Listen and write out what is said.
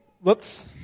whoops